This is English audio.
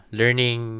learning